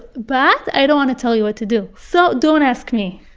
but, i don't want to tell you what to do. so don't ask me.